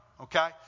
okay